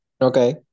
Okay